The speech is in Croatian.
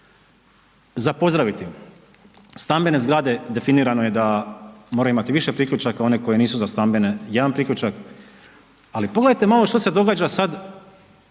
Za pozdraviti, stambene zgrade definirano je da moraju imati više priključaka, one koje nisu za stambene jedna priključak, ali pogledajte malo što se događa sad